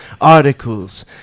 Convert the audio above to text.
articles